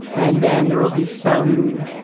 and then there will be some,